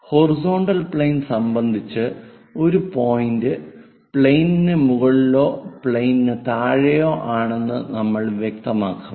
horizontal plane സംബന്ധിച്ച് ഒരു point പ്ലെയിനിന് മുകളിലോ പ്ലെയിനിന് താഴെയോ ആണെന്ന് നമ്മൾ വ്യക്തമാക്കും